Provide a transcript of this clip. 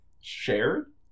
shared